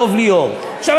הרב דב ליאור." עכשיו,